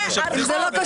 זה הרחוב,